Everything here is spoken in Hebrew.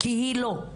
כי היא לא.